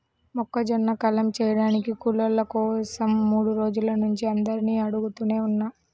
మొక్కజొన్న కల్లం చేయడానికి కూలోళ్ళ కోసరం మూడు రోజుల నుంచి అందరినీ అడుగుతనే ఉన్నా